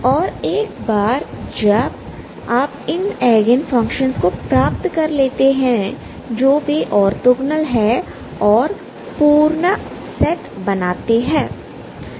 और एक बार जब आप इन एगेन फंक्शनस को प्राप्त कर लेते हैं जो वे ऑर्थोगोनल हैं और पूर्ण सेट बनाते हैं